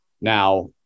Now